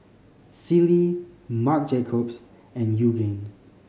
Sealy Marc Jacobs and Yoogane